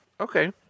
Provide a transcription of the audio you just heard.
Okay